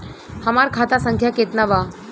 हमार खाता संख्या केतना बा?